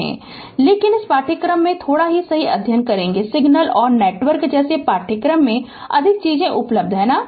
तो लेकिन इस पाठ्यक्रम में थोड़ा ही सही अध्ययन करेंगे सिग्नल और नेटवर्क जैसे पाठ्यक्रम में अधिक चीजें उपलब्ध हैं है ना